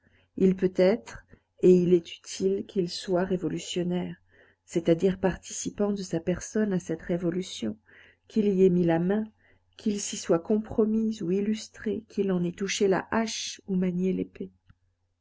il peut être et il est utile qu'il soit révolutionnaire c'est-à-dire participant de sa personne à cette révolution qu'il y ait mis la main qu'il s'y soit compromis ou illustré qu'il en ait touché la hache ou manié